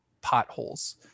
potholes